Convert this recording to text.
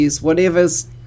whatever's